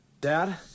dad